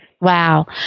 Wow